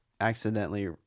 accidentally-